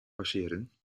passeren